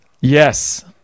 Yes